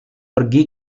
pergi